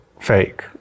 fake